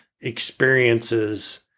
experiences